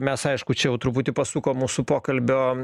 mes aišku čia jau truputį pasukom mūsų pokalbio